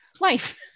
life